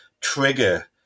trigger